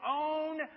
own